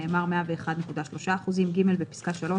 נאמר "101.3%"; בפסקה (3),